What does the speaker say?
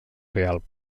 rialb